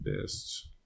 Best